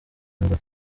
ngo